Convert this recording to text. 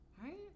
Right